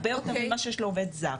הרבה יותר ממה שיש לעובד זר.